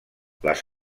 les